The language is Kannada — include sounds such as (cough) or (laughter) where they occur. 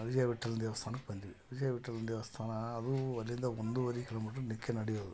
ವಿಜಯ ವಿಠ್ಠಲ ದೇವಸ್ಥಾನಕ್ಕೆ ಬಂದಿವಿ ವಿಜಯ ವಿಠ್ಠಲ ದೇವಸ್ಥಾನ ಅದು ಅಲ್ಲಿಂದ ಒಂದುವರೆ ಕಿಲೋಮೀಟ್ರ್ (unintelligible) ನಡೆಯು